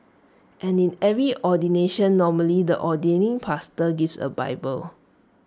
and in every ordination normally the ordaining pastor gives A bible